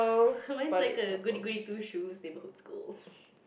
mine's like a goody goody two shoes neighbourhood school